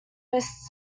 miss